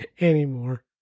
Anymore